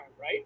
right